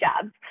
jobs